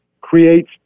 creates